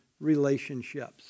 relationships